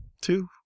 Two